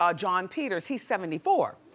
ah john peters, he's seventy four.